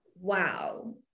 wow